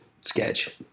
Sketch